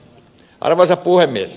arvoisa puhemies